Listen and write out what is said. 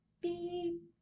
Beep